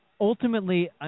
Ultimately